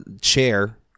chair